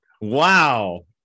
Wow